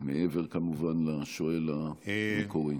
מעבר כמובן לשואל המקורי.